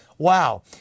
Wow